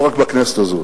לא רק בכנסת הזאת.